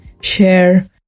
share